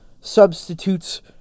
substitutes